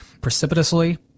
precipitously